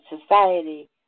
society